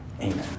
Amen